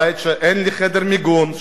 בית שבו אין לי חדר מיגון.